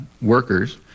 workers